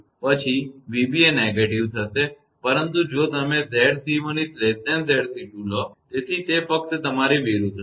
પરંતુ જો તમે 𝑍𝑐1 𝑍𝑐2 લો તેથી તે ફક્ત તમારી વિરુદ્ધ હશે